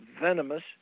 venomous